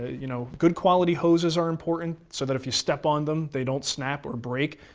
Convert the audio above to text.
you know good quality hoses are important so that if you step on them they don't snap or break.